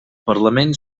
parlament